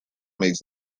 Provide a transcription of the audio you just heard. makes